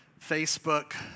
Facebook